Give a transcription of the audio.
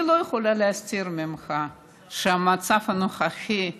אני לא יכולה להסתיר ממך את המצב הנוכחי,